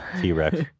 T-Rex